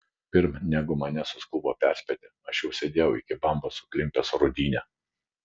pirm negu mane suskubo perspėti aš jau sėdėjau iki bambos suklimpęs rūdyne